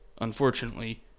unfortunately